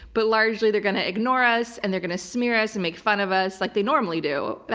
but largely they're going to ignore us, and they're going to smear us and make fun of us, like they normally do.